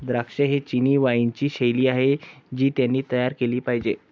द्राक्षे ही चिनी वाइनची शैली आहे जी त्यांनी तयार केली पाहिजे